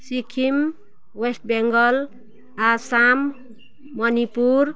Sikkim west Bengal Assam Manipur